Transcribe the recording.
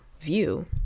view